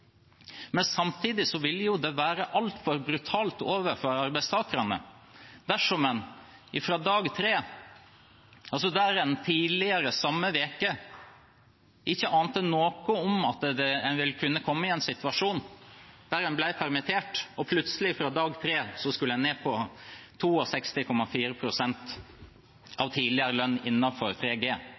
men samtidig ville det jo være altfor brutalt overfor arbeidstakerne dersom en fra dag 3, altså der en tidligere samme uke ikke ante noe om at en ville kunne komme i en situasjon der en ble permittert og plutselig fra dag 3 skulle ned på 62,4 pst. av tidligere lønn